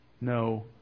no